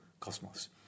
cosmos